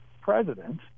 president